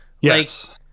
Yes